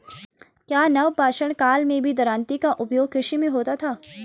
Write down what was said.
क्या नवपाषाण काल में भी दरांती का उपयोग कृषि में होता था?